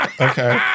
Okay